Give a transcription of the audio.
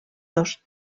dos